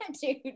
dude